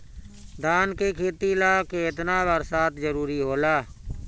धान के खेती ला केतना बरसात जरूरी होला?